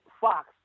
Fox